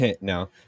No